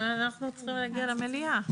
לימור סון הר מלך (עוצמה יהודית): אבל אנחנו צריכים להגיע למליאה,